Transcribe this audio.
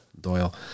Doyle